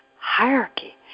hierarchy